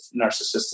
narcissistic